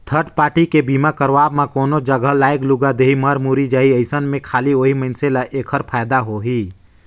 third party के बीमा करवाब म कोनो जघा लागय लूगा देही, मर मुर्री जाही अइसन में खाली ओही मइनसे ल ऐखर फायदा होही